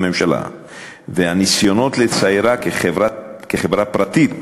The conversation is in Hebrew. והניסיונות לציירה כחברה פרטית